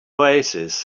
oasis